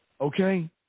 okay